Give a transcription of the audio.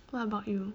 what about you